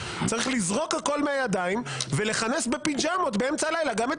צריך לזרוק הכול מהידיים ולכנס בפיג'מות באמצע הלילה גם את